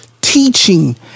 teaching